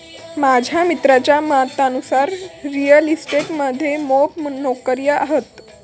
माझ्या मित्राच्या मतानुसार रिअल इस्टेट मध्ये मोप नोकर्यो हत